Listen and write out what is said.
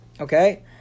Okay